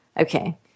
Okay